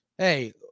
Hey